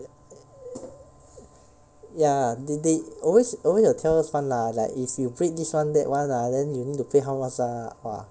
y~ ya they they always alway got tell us [one] lah like if you break this one that one ah then you need to pay how much ah !wah!